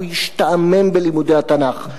הוא ישתעמם בלימודי התנ"ך.